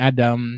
Adam